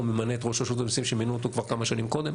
הוא ממנה את ראש רשות המיסים שמינו אותו כבר כמה שנים קודם?